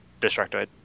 Destructoid